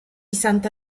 santa